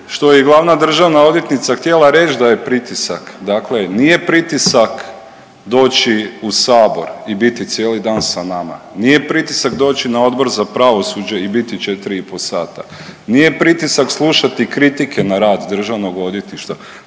što je glavna državna odvjetnica htjela reći da je pritisak. Dakle, nije pritisak doći u Sabor i biti cijeli dan sa nama. Nije pritisak doći na Odbor za pravosuđe i biti 4 i pol sata, nije pritisak slušati kritike na rad Državnog odvjetništva.